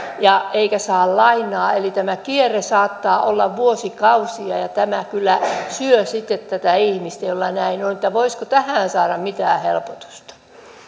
eikä saa lainaa tämä kierre saattaa olla vuosikausia ja tämä kyllä syö sitten tätä ihmistä jolla näin on voisiko tähän saada mitään helpotusta